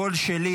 הקול שלי,